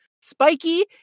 spiky